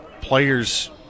Players